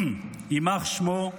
יימח שמו,